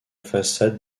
façade